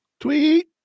Tweet